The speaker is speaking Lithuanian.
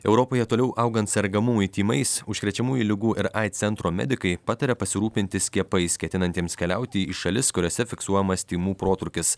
europoje toliau augant sergamumui tymais užkrečiamųjų ligų ir aids centro medikai pataria pasirūpinti skiepais ketinantiems keliauti į šalis kuriose fiksuojamas tymų protrūkis